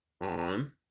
on